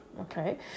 okay